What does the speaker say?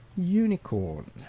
Unicorn